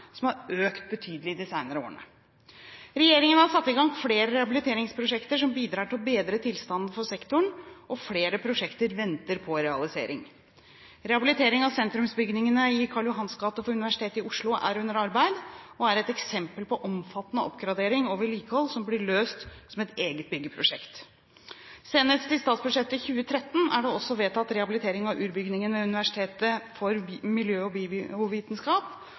som har økt betydelig de senere årene. Regjeringen har satt i gang flere rehabiliteringsprosjekter som bidrar til å bedre tilstanden for sektoren, og flere prosjekter venter på realisering. Rehabilitering av sentrumsbygningene i Karl Johans gate for Universitetet i Oslo er under arbeid, og er et eksempel på omfattende oppgradering og vedlikehold som blir løst som et eget byggeprosjekt. Senest i statsbudsjettet 2013 er det også vedtatt rehabilitering av Urbygningen ved Universitet for miljø- og